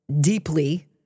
deeply